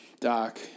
doc